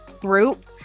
group